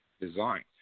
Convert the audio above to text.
designed